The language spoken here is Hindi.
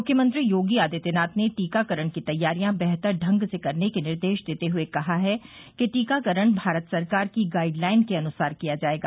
मुख्यमंत्री योगी आदित्यनाथ ने टीकाकरण की तैयारियां बेहतर ढंग से करने के निर्देश देते हए कहा है कि टीकाकरण का कार्य भारत सरकार की गाइड लाइन के अनुसार किया जायेगा